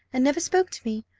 and never spoke to me.